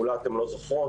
אולי אתן לא זוכרות,